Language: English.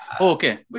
okay